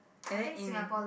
and then in